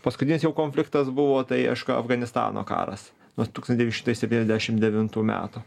paskutinis jau konfliktas buvo tai aišku afganistano karas nuo tūkstantis devyni šimtai septyniasdešimt devintų metų